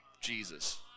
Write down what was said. Jesus